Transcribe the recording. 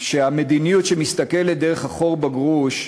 שהמדיניות שמסתכלת דרך החור בגרוש,